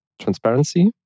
transparency